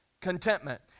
contentment